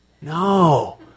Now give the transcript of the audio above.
No